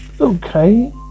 Okay